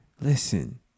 Listen